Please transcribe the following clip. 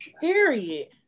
Period